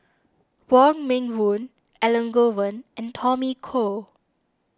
Wong Meng Voon Elangovan and Tommy Koh